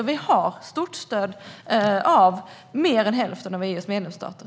Och vi har stort stöd av fler än hälften av EU:s medlemsstater.